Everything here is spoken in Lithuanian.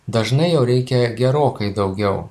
dažnai jo reikia gerokai daugiau